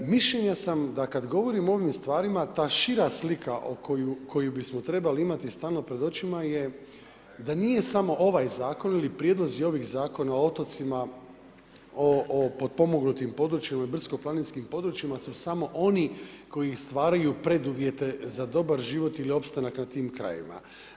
Mišljenja sam da kad govorimo o ovim stvarima, ta šira slika koju bismo trebali imati stalno pred očima je da nije samo ovaj zakon ili prijedlozi ovih zakona o otocima, o potpomognutim područjima, brdsko-planinskim područjima su samo oni koji stvaraju preduvjete za dobar život ili opstanak na tim krajevima.